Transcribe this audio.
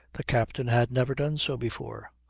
the captain had never done so before.